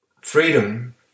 freedom